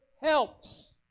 helps